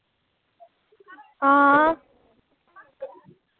हां